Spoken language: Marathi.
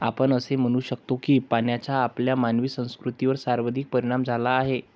आपण असे म्हणू शकतो की पाण्याचा आपल्या मानवी संस्कृतीवर सर्वाधिक परिणाम झाला आहे